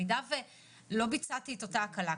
אם לא ביצעתי את אותה הקלה,